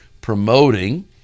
promoting